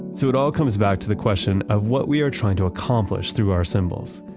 so it all comes back to the question of what we are trying to accomplish through our symbols.